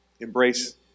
Embrace